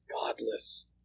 godless